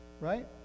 right